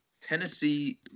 Tennessee